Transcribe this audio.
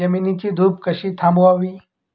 जमिनीची धूप कशी थांबवावी?